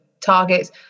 targets